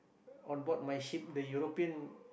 on board my ship the European